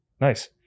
nice